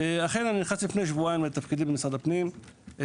נכנסתי לפני שבועיים לתפקידי במשרד הפנים,